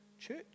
Church